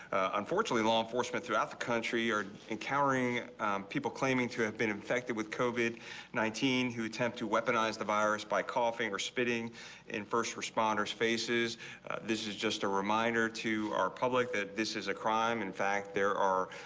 unfortunately law enforcement throughout the country are and people claiming to have been infected with covid nineteen who attempt to weaponize the virus by coughing or spitting and first responders faces this is just a reminder to our public that this is a crime in fact there are.